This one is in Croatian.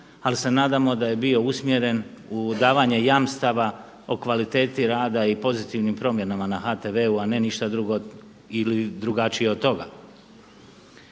ali se nadamo da je bio usmjeren u davanje jamstava o kvaliteti rada i pozitivnim promjenama na HTV-u, a ne ništa drugo ili drugačije od toga.